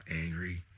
angry